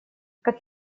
как